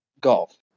golf